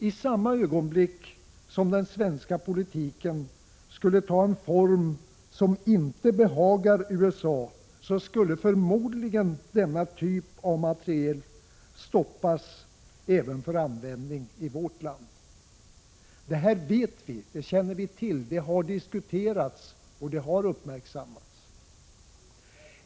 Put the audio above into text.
I samma ögonblick som den svenska politiken skulle ta en form som inte behagar USA, skulle förmodligen denna typ av materiel stoppas även för användning i vårt land. Det här känner vi till. Det har diskuterats och uppmärksammats.